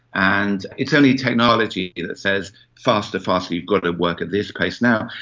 and it's only technology that says faster, faster, you've got to work at this pace now.